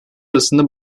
arasında